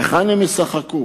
היכן הם ישחקו?